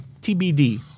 TBD